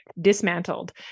dismantled